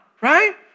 right